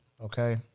okay